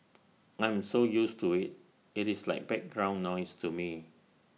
I'm so used to IT it is like background noise to me